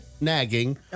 nagging